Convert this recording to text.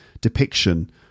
depiction